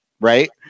Right